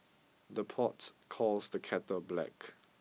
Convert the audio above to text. the pot calls the kettle black